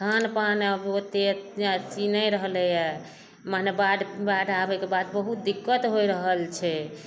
खानपान आब ओतेक से अथी नहि रहलैये माने बाढ़ि बाढ़ि आर आबैके बाद बहुत दिक्कत होइ रहल छै